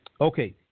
Okay